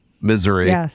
misery